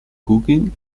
cooking